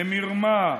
למרמה,